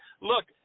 look